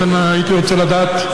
לכן הייתי רוצה לדעת: